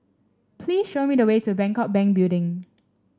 please show me the way to Bangkok Bank Building